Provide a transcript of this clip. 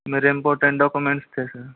मेरे important documents थे sir